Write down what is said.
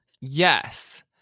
Yes